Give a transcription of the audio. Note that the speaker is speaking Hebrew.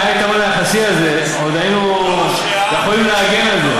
אם היה היתרון היחסי הזה עוד היינו יכולים להגן על זה.